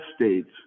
States